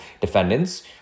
defendants